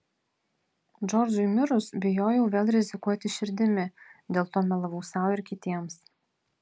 džordžui mirus bijojau vėl rizikuoti širdimi dėl to melavau sau ir kitiems